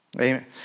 Amen